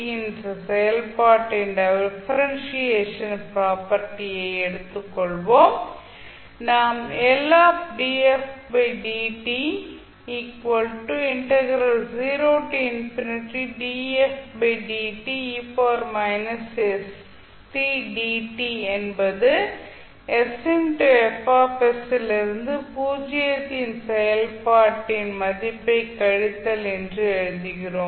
என்ற செயல்பாட்டின் differentiation property ஐ எடுத்துக் கொள்வோம் நாம் என்பது லிருந்து பூஜ்ஜியத்தில் செயல்பாட்டின் மதிப்பைக் கழித்தல் என்று எழுதுகிறோம்